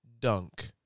Dunk